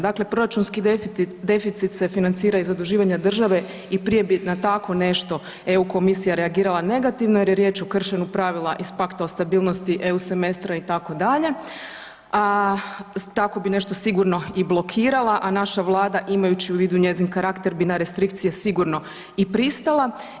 Dakle, proračunski deficit se financira iz zaduživanja države i prije bi na tako nešto EU komisija reagirala negativno jer je riječ o kršenju pravila iz Pakta o stabilnosti EU semestra itd., a tako bi nešto sigurno i blokirala, a naša vlada, imajući u vidu njezin karakter, bi na restrikcije sigurno i pristala.